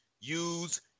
use